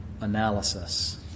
analysis